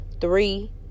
three